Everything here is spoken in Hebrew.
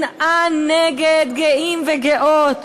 שנאה נגד גאים וגאות,